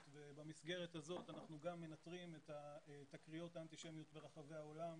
ובמסגרת הזאת אנחנו גם מנטרים את התקריות האנטישמיות ברחבי העולם.